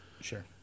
Sure